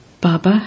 Baba